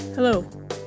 Hello